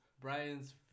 Brian's